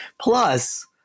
Plus